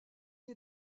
est